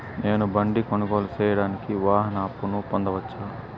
నేను బండి కొనుగోలు సేయడానికి వాహన అప్పును పొందవచ్చా?